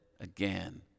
again